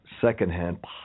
secondhand